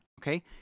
okay